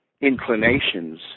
inclinations